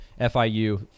FIU